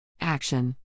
action